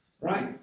right